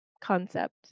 concept